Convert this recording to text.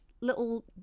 little